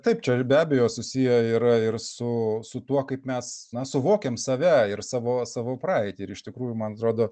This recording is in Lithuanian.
taip čia be abejo susiję yra ir su su tuo kaip mes suvokiam save ir savo savo praeitį ir iš tikrųjų man atrodo